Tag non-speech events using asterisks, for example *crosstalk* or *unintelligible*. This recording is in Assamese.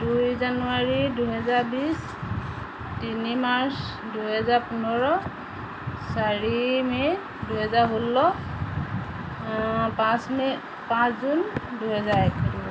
দুই জানুৱাৰী দুহেজাৰ বিছ তিনি মাৰ্চ দুহেজাৰ পোন্ধৰ চাৰি মে' দুহেজাৰ ষোল্ল পাঁচ মে' পাঁচ জুন দুহেজাৰ এক *unintelligible*